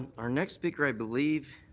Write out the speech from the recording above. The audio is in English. our next speaker i believe.